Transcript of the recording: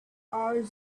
hours